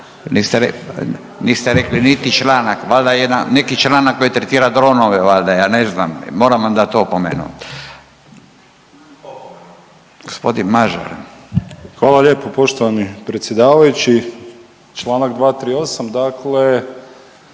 niste rekli niti članak valjda neki članak koji tretira dronove valjda, ja ne znam, moram vam dati opomenu. Gospodin Mažar. **Mažar, Nikola (HDZ)** Hvala lijepo poštovani predsjedavajući. Članak 238., dakle